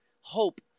hope